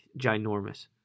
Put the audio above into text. ginormous